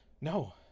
No